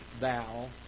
thou